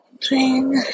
train